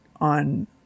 on